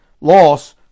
loss